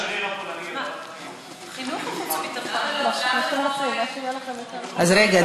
למה לא, אז רגע.